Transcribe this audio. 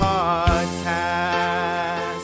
Podcast